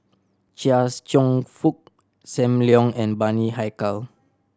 Chia's Cheong Fook Sam Leong and Bani Haykal